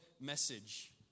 message